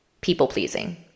People-pleasing